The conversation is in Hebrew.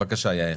בקשה, יעל.